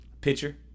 Pitcher